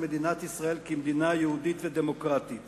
מדינת ישראל כמדינה יהודית ודמוקרטית).